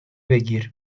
بگیر